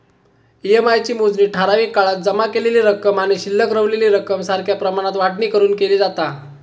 EMI ची मोजणी ठराविक काळात जमा केलेली रक्कम आणि शिल्लक रवलेली रक्कम सारख्या प्रमाणात वाटणी करून केली जाता